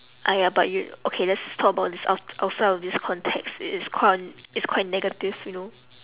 !aiya! but you okay let's talk about this aft~ outside of this context it's it's qui~ it's quite negative you know